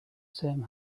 same